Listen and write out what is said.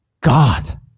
God